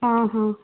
ఆహా